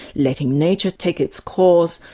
letting nature take its course,